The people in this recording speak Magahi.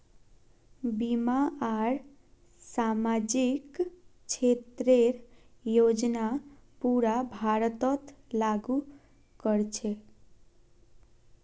बीमा आर सामाजिक क्षेतरेर योजना पूरा भारतत लागू क र छेक